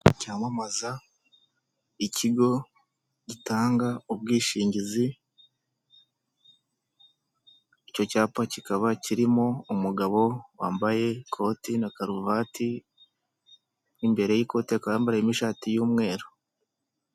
Cyamamaza ikigo gitanga ubwishingizi, icyo cyapa kikaba kirimo umugabo wambaye ikoti na karuvati ,mu imbere y'ikote yambariyemo ishati y'umweru.